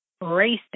racing